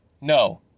no